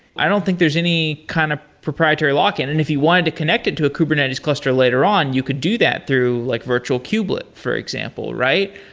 i don't think there's any kind of proprietary lock in, and if you want to connect it to a kubernetes cluster later on, you could do that through like virtual kubelet, for example, right?